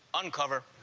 uncover